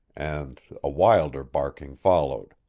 and a wilder barking followed.